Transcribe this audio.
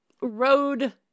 road